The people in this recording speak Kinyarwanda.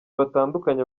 batandukanye